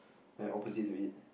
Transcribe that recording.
like opposite to eat